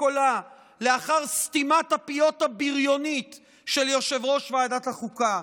קולה לאחר סתימת הפיות הבריונית של יושב-ראש ועדת החוקה.